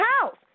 house